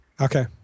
Okay